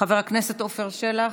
חבר הכנסת עופר שלח?